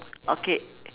okay